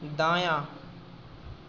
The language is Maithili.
दायाँ